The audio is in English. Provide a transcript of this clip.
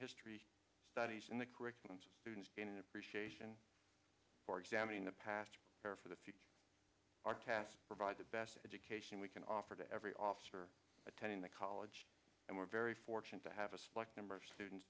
history studies in the curriculum students in the precision for examining the past or for the future our tests provide the best education we can offer to every officer attending the college and we're very fortunate to have a select number of students